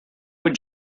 put